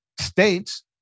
states